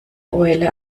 eule